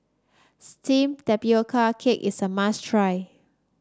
steamed Tapioca Cake is a must try